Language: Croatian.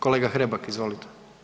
Kolega Hrebak izvolite.